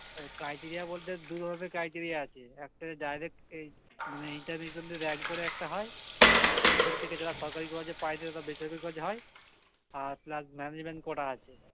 criteria বলতে দুধরনের criteria আছে একটা ডাইরেক্ট মানে এন্ট্রান্স এগজ্যাম দিয়ে র্যাংক করে একটা হয় ওখান থেকে যারা সরকারি কলেজে পায় না তারা বেসরকারি কলেজে হয় আর প্লাস ম্যানেজমেন্ট কোটা আছে